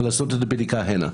ולעשות את הבדיקה פה.